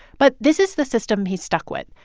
but this is the system he's stuck with.